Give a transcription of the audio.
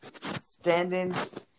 standings